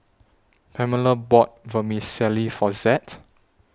Pamela bought Vermicelli For Zed